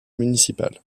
municipal